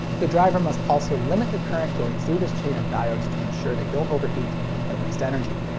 the driver must also limit the current going through this chain of diodes to ensure they don't overheat and waste energy.